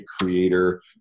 creator